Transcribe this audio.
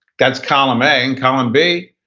that's column a, and column b,